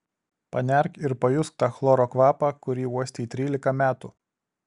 panerk ir pajusk tą chloro kvapą kurį uostei trylika metų